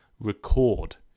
record